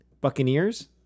Buccaneers